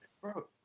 bro